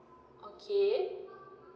okay